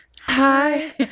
Hi